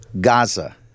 Gaza